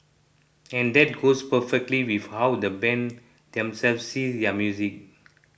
and that goes perfectly with how the band themselves see their music